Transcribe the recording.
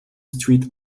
street